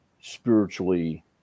spiritually